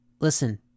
Listen